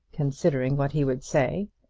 considering what he would say.